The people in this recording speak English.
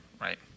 right